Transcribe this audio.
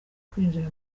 kwinjira